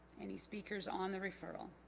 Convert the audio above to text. any speakers on the referral